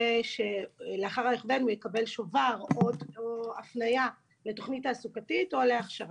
לאחר ההכוון הוא יקבל שובר או הפניה לתכנית תעסוקתית או להכשרה.